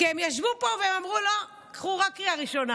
כי הם ישבו פה ואמרו: לא, קחו רק קריאה ראשונה.